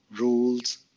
rules